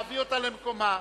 בבקשה להביא אותה למקומה,